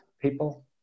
people